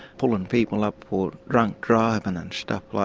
pulling people up for drunk driving and stuff like